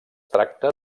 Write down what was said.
tracta